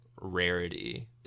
rarity